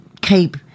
keep